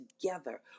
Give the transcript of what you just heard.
together